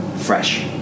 fresh